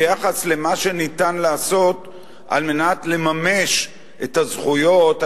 ביחס למה שניתן לעשות כדי לממש את הזכויות,